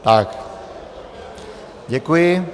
Tak, děkuji.